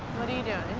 what are you doing?